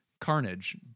carnage